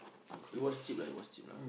it was cheap lah it was cheap lah